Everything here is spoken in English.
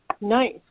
Nice